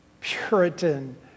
Puritan